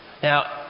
Now